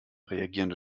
reagierende